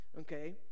okay